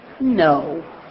No